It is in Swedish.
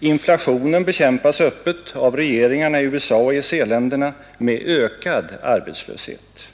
Inflationen bekämpas öppet av regeringarna i USA och EEC-länderna med ökad arbetslöshet.